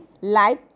life